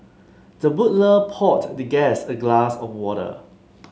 the butler poured the guest a glass of water